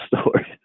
stories